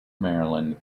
maryland